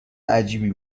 عجیبی